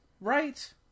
Right